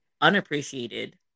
unappreciated